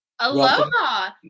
Aloha